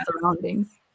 surroundings